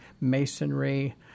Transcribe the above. masonry